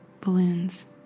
balloons